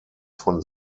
von